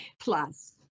Plus